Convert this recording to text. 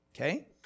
Okay